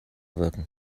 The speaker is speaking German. wirken